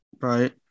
right